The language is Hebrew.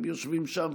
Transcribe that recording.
הם יושבים שם,